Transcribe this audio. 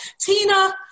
Tina